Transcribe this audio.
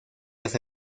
las